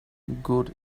good